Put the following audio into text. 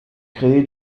créé